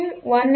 pin 1